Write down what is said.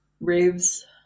raves